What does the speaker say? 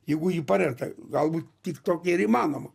jeigu ji parenka galbūt tik tokie ir įmanoma